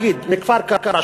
נגיד מכפר-קרע,